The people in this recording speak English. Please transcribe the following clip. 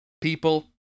people